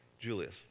Julius